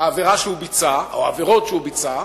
העבירות שהוא ביצע.